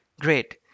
Great